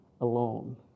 alone